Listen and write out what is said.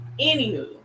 Anywho